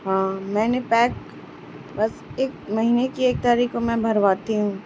ہاں میں نے پیک بس ایک مہینے کی ایک تاریخ کو میں بھرواتی ہوں